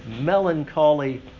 melancholy